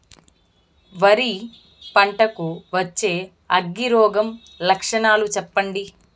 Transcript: వరి పంట కు వచ్చే అగ్గి రోగం లక్షణాలు చెప్పండి?